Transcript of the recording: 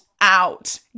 out